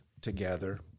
together